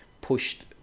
pushed